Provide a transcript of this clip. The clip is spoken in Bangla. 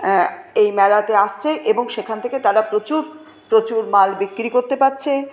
এই মেলাতে আসছে এবং সেখান থেকে তারা প্রচুর প্রচুর মাল বিক্রি করতে পারছে